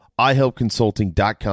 iHelpConsulting.com